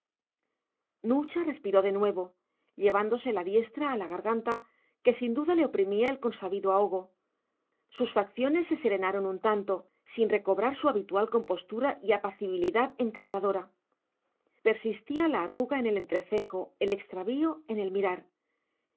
nucha respiró de nuevo llevándose la diestra a la garganta que sin duda le oprimía el consabido ahogo sus facciones se serenaron un tanto sin recobrar su habitual compostura y apacibilidad encantadora persistía la arruga en el entrecejo el extravío en el mirar